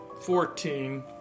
Fourteen